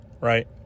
right